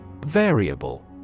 Variable